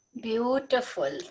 Beautiful